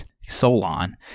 Solon